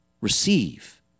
receive